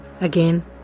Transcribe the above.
Again